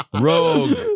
rogue